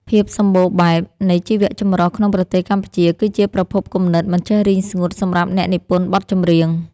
ភាពសម្បូរបែបនៃជីវចម្រុះក្នុងប្រទេសកម្ពុជា គឺជាប្រភពគំនិតមិនចេះរីងស្ងួតសម្រាប់អ្នកនិពន្ធបទចម្រៀង។